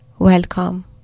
Welcome